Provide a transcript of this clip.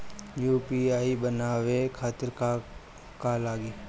UPI बनावे खातिर का का लगाई?